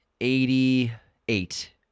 Eighty-eight